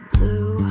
Blue